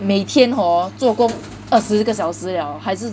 每天 hor 做工二十个小时 liao 还是